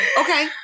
okay